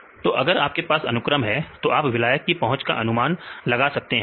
तो अगर आपके पास अनुक्रम है तो आप विलायक के पहुंच का अनुमान लगा सकते हैं